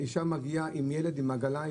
האישה מגיעה עם ילד עם עגלה,